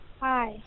Hi